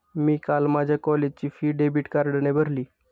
मी काल माझ्या कॉलेजची फी डेबिट कार्डने भरली